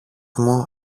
μου